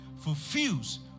fulfills